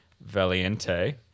Valiente